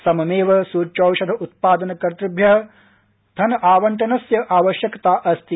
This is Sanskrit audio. सममेव सूच्यौषध उत्पादनकतृभ्य धनावण्टनस्य आवश्यकता अस्ति